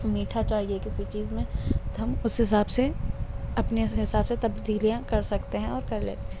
میٹھا چاہیے کسی چیز میں تو ہم اسی حساب سے اپنے حساب سے تبدیلیاں کر سکتے ہیں اور کر لیتے ہیں